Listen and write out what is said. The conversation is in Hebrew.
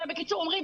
בקיצור: מורים,